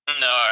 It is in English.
No